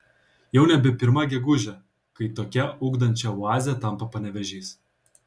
jau nebe pirma gegužė kai tokia ugdančia oaze tampa panevėžys